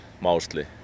mostly